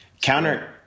Counter